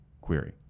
query